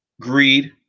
greed